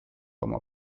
oma